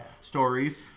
stories